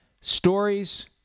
Stories